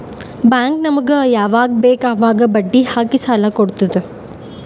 bank ನಮುಗ್ ಯವಾಗ್ ಬೇಕ್ ಅವಾಗ್ ಬಡ್ಡಿ ಹಾಕಿ ಸಾಲ ಕೊಡ್ತುದ್